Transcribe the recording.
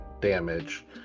damage